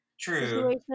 true